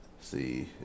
See